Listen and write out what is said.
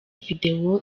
videwo